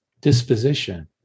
disposition